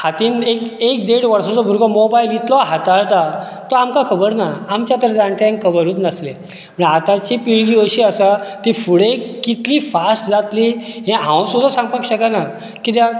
हातीन एक एक देड वर्साचो भुरगो मोबायल इतलो हाताळटा तो आमकां खबर ना आमच्या तर जाणट्यांक खबरूच नासलें आताची पिळगी अशी आसा की फुडें कितली फास्ट जातली हें हांव सुद्दां सांगपाक शकना कित्याक